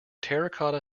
terracotta